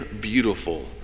beautiful